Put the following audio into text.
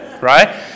right